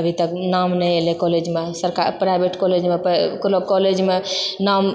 अभी तक नाम नहि एलै कॉलेजमे सरकार प्राइवेट कॉलेजमे तऽ कॉलेजमे नाम